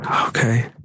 Okay